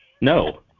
No